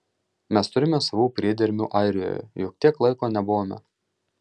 mes turime savų priedermių airijoje juk tiek laiko nebuvome